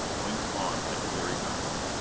winked on like bleary eyes.